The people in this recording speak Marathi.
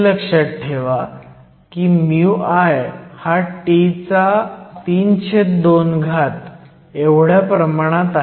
लक्षात ठेवा की μI हा T32 च्या प्रमाणात आहे